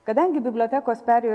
kadangi bibliotekos perėjo